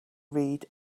read